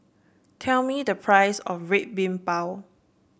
tell me the price of Red Bean Bao